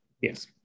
yes